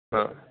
ہاں